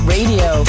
Radio